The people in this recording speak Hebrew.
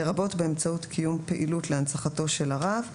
לרבות באמצעות קיום פעילות להנצחתו של הרב,